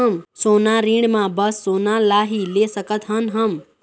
सोना ऋण मा बस सोना ला ही ले सकत हन हम?